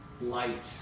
light